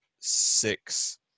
six